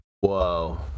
Whoa